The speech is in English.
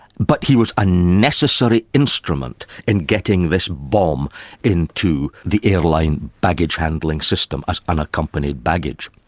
but he was a necessary instrument in getting this bomb into the airline baggage handling system as unaccompanied baggage.